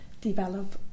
develop